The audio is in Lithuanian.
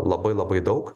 labai labai daug